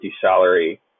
salary